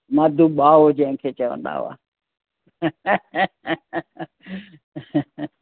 माधू भाऊ जंहिंखे चवंदा हुआ